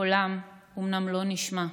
קולם אומנם לא נשמע,